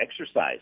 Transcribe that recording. Exercise